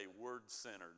word-centered